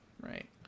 right